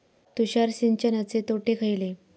तुषार सिंचनाचे तोटे खयले?